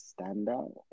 standout